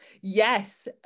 Yes